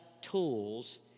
tools